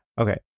Okay